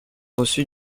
reçu